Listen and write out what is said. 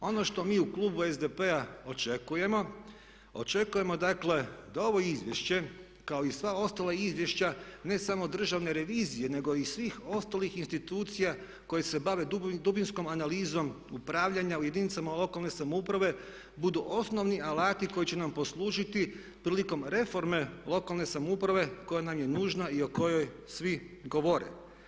Ono što mi u Klubu SDP-a očekujemo, očekujemo dakle da ovo izvješće kao i sva ostala izvješća ne samo Državne revizije, nego i svih ostalih institucija koje se bave dubinskom analizom upravljanja u jedinicama lokalne samouprave budu osnovni alati koji će nam poslužiti prilikom reforme lokalne samouprave koja nam je nužna i o kojoj svi govore.